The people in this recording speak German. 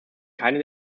keine